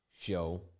show